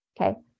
okay